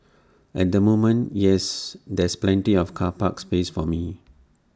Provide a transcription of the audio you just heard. at the moment yes there's plenty of car park space for me